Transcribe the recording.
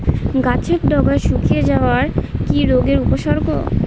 গাছের ডগা শুকিয়ে যাওয়া কি রোগের উপসর্গ?